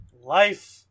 life